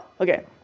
okay